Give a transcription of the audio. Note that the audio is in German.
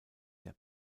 der